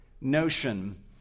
notion